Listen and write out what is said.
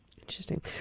Interesting